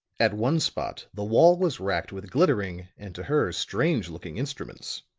at one spot the wall was racked with glittering, and to her, strange looking instruments.